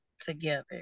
together